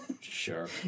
Sure